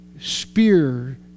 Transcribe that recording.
spear